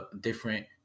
different